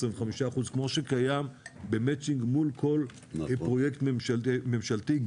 כמו שקיים במצ'ינג מול כל פרויקט ממשלתי.